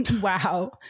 Wow